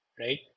Right